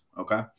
Okay